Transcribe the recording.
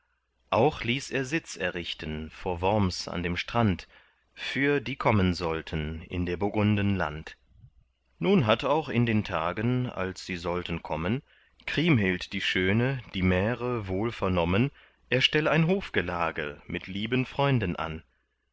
auch ließ er sitz errichten vor worms an dem strand für die kommen sollten in der burgunden land nun hatt auch in den tagen als sie sollten kommen kriemhild die schöne die märe wohl vernommen er stell ein hofgelage mit lieben freunden an